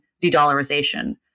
de-dollarization